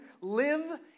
live